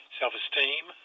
self-esteem